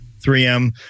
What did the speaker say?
3M